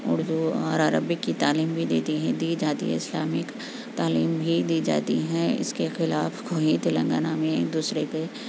اردو اور عربک کی تعلیم بھی دیتی ہیں دی جاتی ہے اسلامک تعلیم بھی دی جاتی ہے اس کے خلاف کوئی تلنگانہ میں دوسرے کے